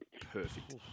Perfect